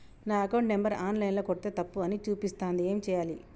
నా account number online ల కొడ్తే తప్పు అని చూపిస్తాంది ఏం చేయాలి?